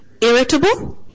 Irritable